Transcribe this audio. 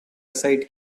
aside